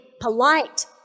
polite